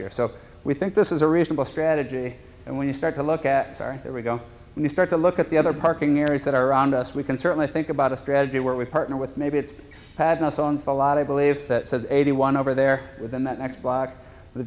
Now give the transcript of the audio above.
year so we think this is a reasonable strategy and when you start to look at our there we go and we start to look at the other parking areas that are around us we can certainly think about a strategy where we partner with maybe it's had no songs a lot i believe says eighty one over there within that next block the